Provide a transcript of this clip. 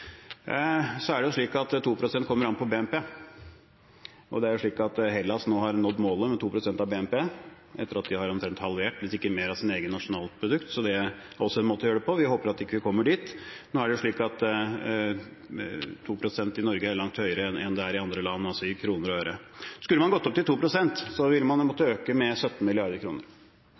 Så er det slik at 2 pst. kommer an på BNP – Hellas har nå nådd målet på 2 pst. av BNP etter at de omtrent har halvert, hvis ikke mer, sitt eget nasjonalprodukt. Så det er også en måte å gjøre det på – vi håper at vi ikke kommer dit. 2 pst. i Norge er langt mer enn det er i andre land, altså i kroner og øre. Skulle man gått opp til 2 pst., ville man måtte ha økt med 17